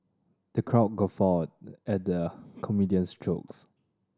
the crowd guffawed at the comedian's jokes